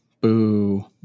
Boo